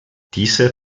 dieser